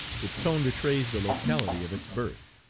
its tone betrays the locality of its birth.